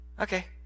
Okay